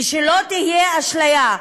ושלא תהיה אשליה,